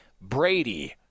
Brady